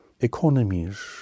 economies